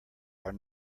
are